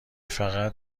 فقط